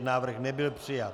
Návrh nebyl přijat.